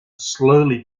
slowly